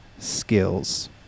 Skills